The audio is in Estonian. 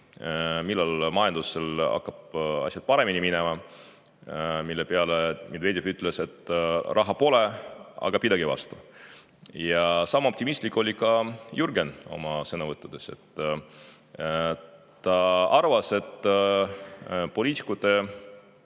millal majandusel hakkab paremini minema, mille peale Medvedev ütles, et raha pole, aga pidage vastu. Sama optimistlik oli ka Jürgen oma sõnavõttudes. Ta arvas, et poliitikute